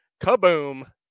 kaboom